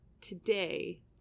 today